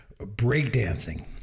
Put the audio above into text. breakdancing